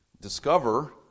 discover